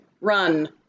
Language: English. run